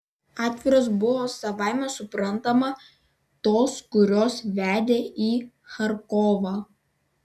atviros buvo savaime suprantama tos kurios vedė į charkovą